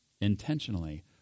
intentionally